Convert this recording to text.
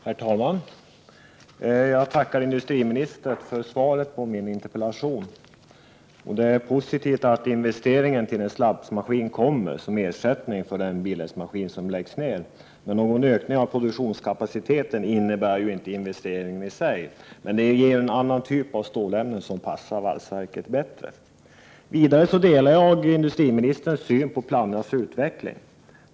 Herr talman! Jag tackar industriministern för svaret på min interpellation. Det är positivt att det kommer en investering i en slabsmaskin som ersättning för den maskin som tas ur drift. Någon ökning av produktionskapaciteten innebär ju inte investeringen i sig, men man får en annan typ av stålämnen som passar valsverket bättre. Vidare delar jag industriministerns syn på Plannjas utveckling.